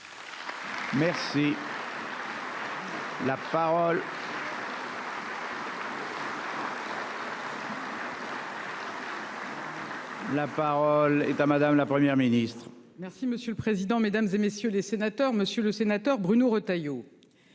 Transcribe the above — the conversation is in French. La parole est à madame la Première ministre. Merci monsieur le président, Mesdames, et messieurs les sénateurs, monsieur le sénateur Bruno Retailleau.